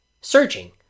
searching